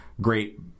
great